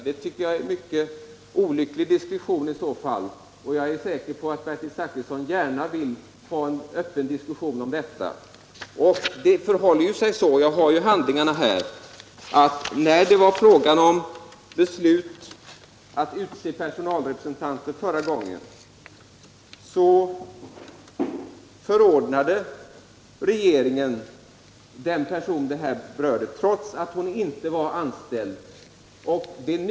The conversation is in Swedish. Herr talman! I så fall tycker jag att det är en mycket olycklig diskretion. Jag är säker på att Bertil Zachrisson gärna vill ha en öppen diskussion om detta. Det förhåller sig ju så — jag har handlingarna här — att när det var fråga om att utse personalrepresentanter förra gången, förordnade regeringen den person som denna fråga berör trots att hon inte var anställd av myndigheten.